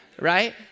right